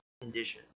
condition